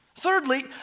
Thirdly